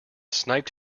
sniped